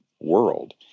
world